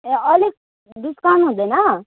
ए अलिक डिस्काउन्ट हुँदैन